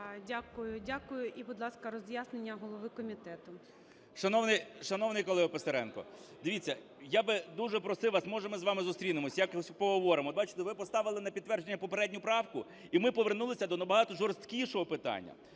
Дякую. Дякую. І, будь ласка, роз'яснення голови комітету. 10:32:34 КНЯЖИЦЬКИЙ М.Л. Шановний колега Писаренко! Дивіться, я би дуже просив вас, може, ми з вами зустрінемося, якось поговоримо? Ви поставили на підтвердження попередню правку - і ми повернулися до набагато жорсткішого питання.